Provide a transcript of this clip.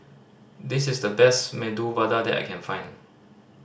this is the best Medu Vada that I can find